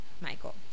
Michael